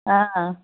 ஆ